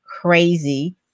crazy